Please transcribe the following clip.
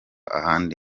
ahandi